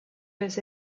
was